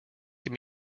can